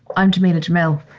i'm jameela jamil.